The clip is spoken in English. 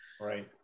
right